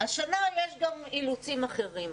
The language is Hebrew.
השנה יש גם אילוצים אחרים.